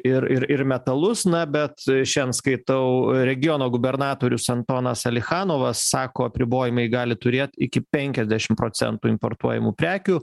ir ir ir metalus na bet šen skaitau regiono gubernatorius antonas alichanovas sako apribojimai gali turėt iki penkiasdešim procentų importuojamų prekių